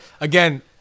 again